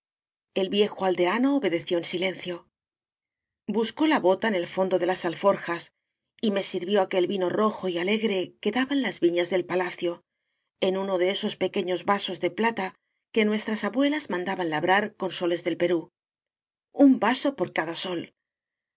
el viejo aldeano obedeció en silencio buscó la bota en el fondo de las alforjas y me sirvió aquel vino rojo y alegre que daban las viñas del palacio en uno de esos pequeños vasos de plata que nuestras abuelas mandaban labrar con soles del perú un vaso por cada sol